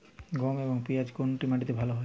গম এবং পিয়াজ কোন মাটি তে ভালো ফলে?